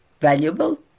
valuable